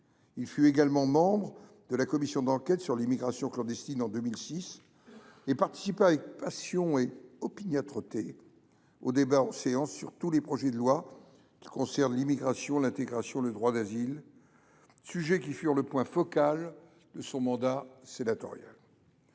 Il fut également membre de la commission d’enquête sur l’immigration clandestine, qui rendit ses travaux en 2006, et participa avec passion et opiniâtreté aux débats en séance sur tous les projets de loi relatifs à l’immigration, à l’intégration et au droit d’asile, sujets qui furent le point focal de son mandat sénatorial.